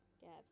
gaps